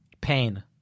Pain